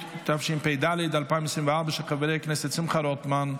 התשפ"ד 2024, של חברי הכנסת שמחה רוטמן,